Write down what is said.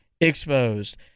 exposed